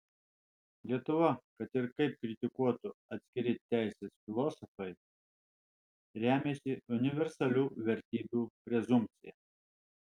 lietuva kad ir kaip kritikuotų atskiri teisės filosofai remiasi universalių vertybių prezumpcija